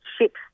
ship